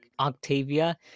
Octavia